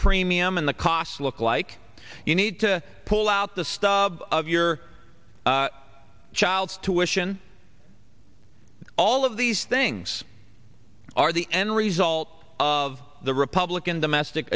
premium and the costs look like you need to pull out the stub of your child to ition all of these things are the end result of the republican domestic